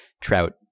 Trout